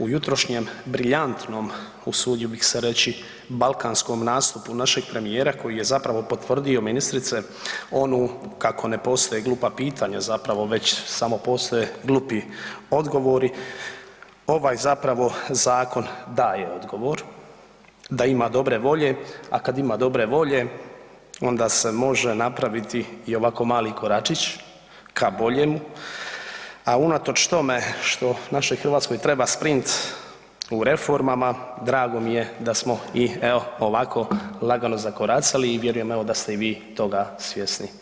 U jutrošnjem briljantnom usudio bih se reći balkanskom nastupu našeg premijera koji je zapravo potvrdio ministrice onu kako ne postoje glupa pitanja već samo postoje glupi odgovori, ovaj zakon daje odgovor da ima dobre volje, a kada ima dobre volje onda se može napraviti i ovako mali koračić k boljemu, a unatoč tome što našoj Hrvatskoj treba sprint u reformama, drago mi je da smo i evo ovako lagano zakoracali i vjerujem da ste i vi toga svjesni.